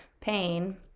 pain